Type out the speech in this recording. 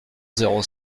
zéro